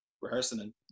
rehearsing